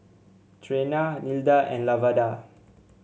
Trena Nilda and Lavada